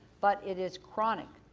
but it is chronic.